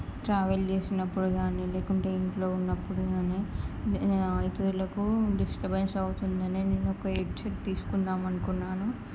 travel చేసినప్పుడు కానీ లేకుంటే ఇంట్లో ఉన్నప్పుడు కానీ నే ఇతరులకు డిస్టబెన్స్ అవుతుంది అని నేను ఒక హెడ్సెట్ తీసుకుందామని అనుకున్నాను